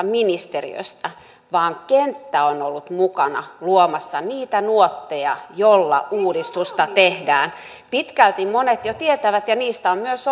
ministeriöstä vaan kenttä on ollut mukana luomassa niitä nuotteja joilla uudistusta tehdään pitkälti monet jo tietävät ja niistä on myös